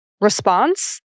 response